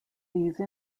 these